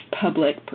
public